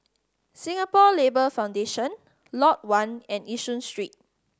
Singapore Labour Foundation Lot One and Yishun Street